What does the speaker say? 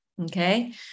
Okay